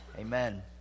Amen